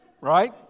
Right